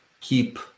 keep